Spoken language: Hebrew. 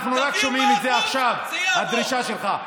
אנחנו רק שומעים את זה עכשיו, את הדרישה שלך.